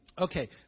Okay